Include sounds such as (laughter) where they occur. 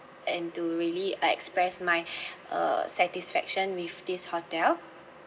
and to really like express my (breath) uh satisfaction with this hotel